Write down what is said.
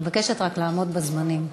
אני מבקשת לעמוד בזמנים.